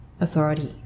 authority